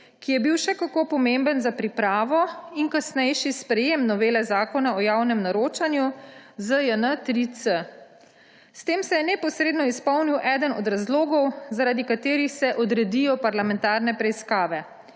ki je bil še kako pomemben za pripravo in kasnejše sprejetje novele Zakona o javnem naročanju, ZJN-3C. S tem se je neposredno izpolnil eden od razlogov, zaradi katerih se odredijo parlamentarne preiskave,